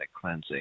cleansing